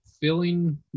filling